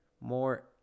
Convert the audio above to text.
more